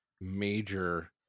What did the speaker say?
major